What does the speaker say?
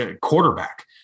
quarterback